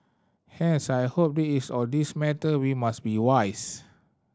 hence I hope it is all these matter we must be wise